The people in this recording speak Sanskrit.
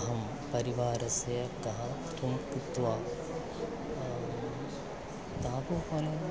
अहं परिवारस्य कः त्वं कृत्वा तापुपलः